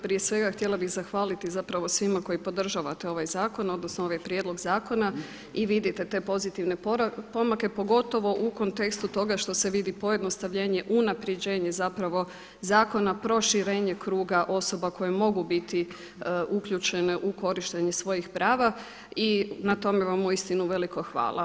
Prije svega htjela bih zahvaliti zapravo svima koji podržavate ova zakon, odnosno ovaj prijedlog zakona i vidite te pozitivne pomake, pogotovo u kontekstu toga što se vidi pojednostavljenje, unapređenje zapravo zakona, proširenje kruga osoba koje mogu biti uključene u korištenje svojih prava i na tome vam uistinu veliko hvala.